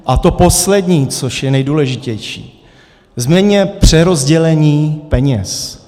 A to poslední, což je nejdůležitější, změňme přerozdělení peněz.